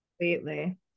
Completely